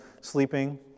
sleeping